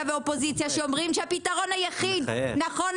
והאופוזיציה שאומרים שהפתרון היחיד נכון